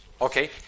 Okay